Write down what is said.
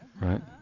right